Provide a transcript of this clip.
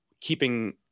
keeping